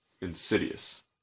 Insidious